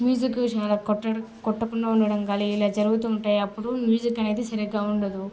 music చాలా కొట్ట కొట్టకుండా ఉండడం కానీ ఇలా జరుగుతా ఉంటాయి అప్పుడు మ్యూజిక్ అనేది సరిగ్గా ఉండదు